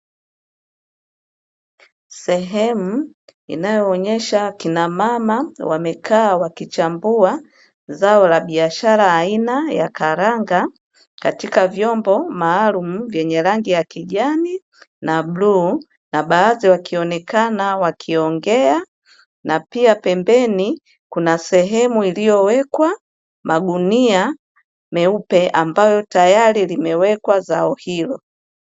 Sehemu inayoonyesha kina mama wamekaa wakichambua zao la biashara aina ya karanga katika vyombo maalumu vyenye rangi ya kijani na bluu na baadhi wakionekana wakiongea na pia pembeni kuna sehemu iliyowekwa magunia meupe ambayo tayari limewekwa zao hilo.